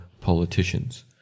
politicians